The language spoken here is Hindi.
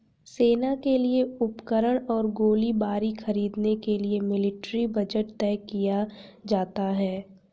सेना के लिए उपकरण और गोलीबारी खरीदने के लिए मिलिट्री बजट तय किया जाता है